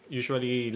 usually